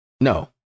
No